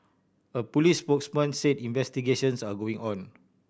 a police spokesman said investigations are going on